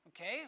Okay